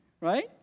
right